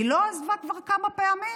היא לא עזבה כבר כמה פעמים?